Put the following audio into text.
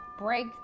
break